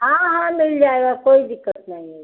हाँ हाँ मिल जाएगा कोई दिक्कत नहीं है